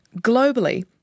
Globally